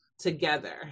together